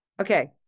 Okay